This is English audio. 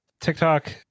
TikTok